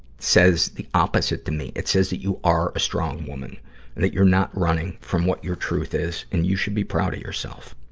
says the opposite to me. it says that you are a strong woman that you're not running from what your truth is, and you should be proud of yourself.